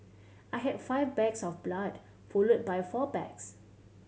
I had five bags of blood followed by four bags